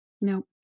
No